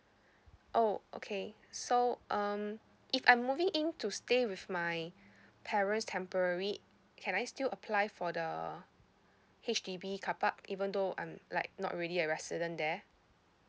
oh okay so um if I'm moving in to stay with my parents temporary can I still apply for the H_D_B carpark even though I'm like not really a resident there